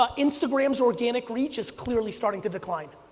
um instagram's organic reach is clearly starting to decline.